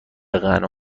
غنا